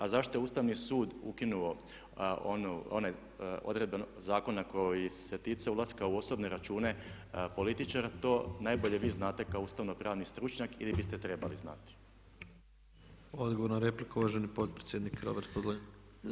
A zašto je Ustavni sud ukinuo one, odredbe Zakona koji se ticao ulaska u osobne račune političara to najbolje vi znate kao ustavno pravni stručnjak ili biste trebali znati.